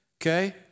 Okay